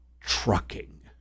trucking